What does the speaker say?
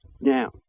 Now